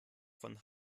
von